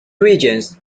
regions